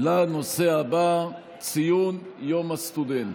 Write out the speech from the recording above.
לנושא הבא בסדר-היום, ציון יום הסטודנט,